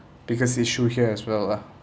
biggest issue here as well lah